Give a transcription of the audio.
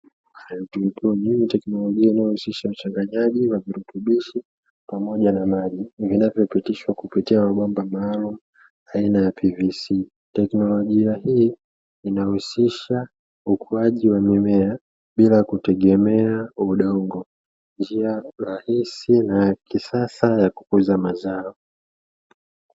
Hadroponia ni tekinolojia inayohusisha uchanganaji wa virutubishi, pamoja na maji vinavyopitishwa kupitia bomba maalumu aina ya PVC, tekinolojia hii inahusisha ukuaaji wa mimea bila kutegemea udongo, njia rahisi na ya kisasa ya kukuza mazao.